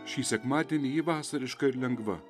šį sekmadienį ji vasariška ir lengva